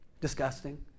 disgusting